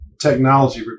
technology